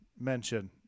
mention